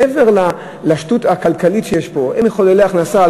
מעבר לשטות הכלכלית שיש פה, הם מחוללי הכנסה.